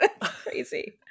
Crazy